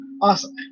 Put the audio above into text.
Awesome